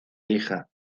hija